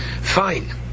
Fine